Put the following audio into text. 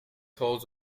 halls